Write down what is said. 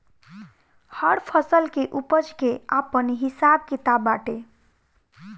हर फसल के उपज के आपन हिसाब किताब बाटे